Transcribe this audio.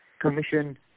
commission